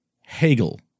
Hegel